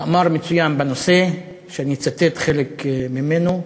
מאמר מצוין בנושא, ואני אצטט חלק ממנו.